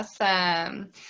Awesome